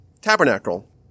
tabernacle